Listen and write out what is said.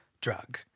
drug